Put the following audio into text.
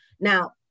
Now